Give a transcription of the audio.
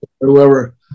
whoever